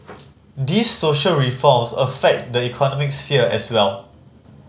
these social reforms affect the economic sphere as well